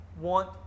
want